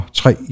tre